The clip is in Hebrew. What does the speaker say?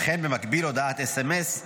וכן במקביל הודעת סמ"ס,